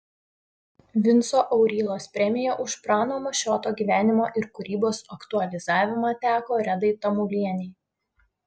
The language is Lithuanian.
vinco aurylos premija už prano mašioto gyvenimo ir kūrybos aktualizavimą teko redai tamulienei